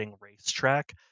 racetrack